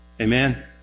Amen